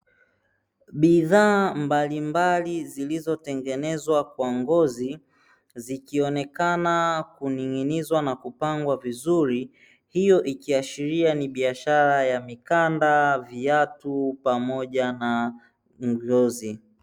Bidhaa mbalimbali zilizo tengenezwa kwa ngozi zikionekana kuning'inizwa na kupangwa vizuri hiyo ikiashiria ni biashara ya mikanda, viatu pamoja na ngozi.